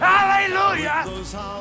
Hallelujah